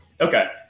Okay